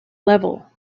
level